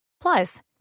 Plus